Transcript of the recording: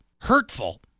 hurtful